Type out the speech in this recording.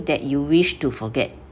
that you wish to forget